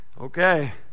Okay